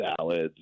salads